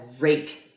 rate